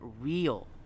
real